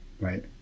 right